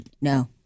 no